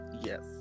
yes